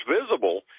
visible